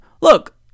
look